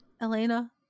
elena